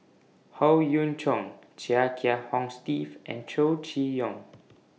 Howe Yoon Chong Chia Kiah Hong Steve and Chow Chee Yong